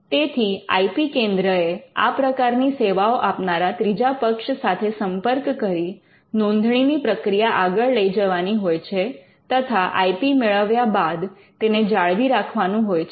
તેથી I P કેન્દ્ર એ આ પ્રકારની સેવાઓ આપનારા ત્રીજા પક્ષ સાથે સંપર્ક કરી નોંધણીની પ્રક્રિયા આગળ લઈ જવાની હોય છે તથા આઇ પી મેળવ્યા બાદ તેને જાળવી રાખવાનું હોય છે